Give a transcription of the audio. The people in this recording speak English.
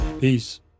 Peace